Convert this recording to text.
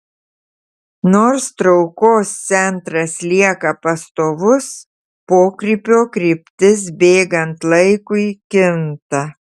nors traukos centras lieka pastovus pokrypio kryptis bėgant laikui kinta